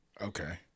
Okay